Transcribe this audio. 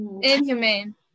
Inhumane